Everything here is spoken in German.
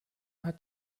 hat